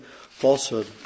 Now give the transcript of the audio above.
falsehood